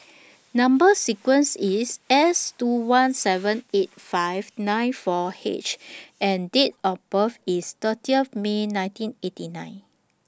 Number sequence IS S two one seven eight five nine four H and Date of birth IS thirty of May nineteen eighty nine